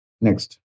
Next